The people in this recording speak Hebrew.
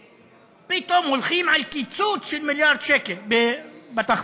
פתאום הולכים על קיצוץ של מיליארד שקל בתחבורה.